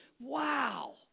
wow